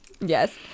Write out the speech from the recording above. Yes